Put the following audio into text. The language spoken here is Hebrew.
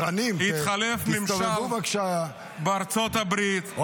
התחלף הממשל בארצות הברית -- סדרנים,